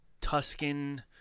Tuscan